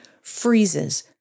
freezes